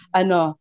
ano